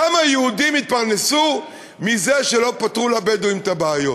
כמה יהודים התפרנסו מזה שלא פתרו לבדואים את הבעיות.